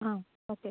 അ okay